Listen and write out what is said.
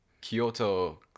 Kyoto